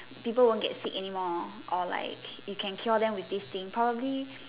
people won't get sick anymore or like you can cure them with this thing probably